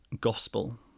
Gospel